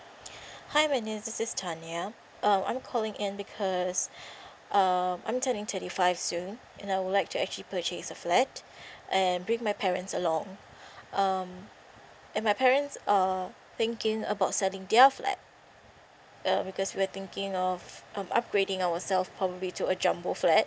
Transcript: hi bernice this is tanya um I'm calling in because um I'm turning twenty five soon and I would like to actually purchase a flat and bring my parents along um and my parents uh thinking about selling their flat uh because we're thinking of um upgrading ourselves probably to a jumbo flat